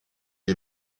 est